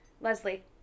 Leslie